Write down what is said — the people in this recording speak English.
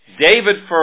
David